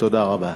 תודה רבה.